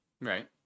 right